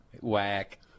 Whack